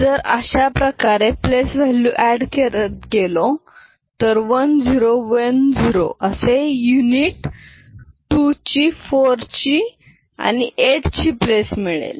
जर या प्रकारे प्लेस व्हॅल्यू अॅड करत गेलो तर 1 0 1 0 असे युनिट 2ची 4ची आणि 8ची प्लेस मिळेल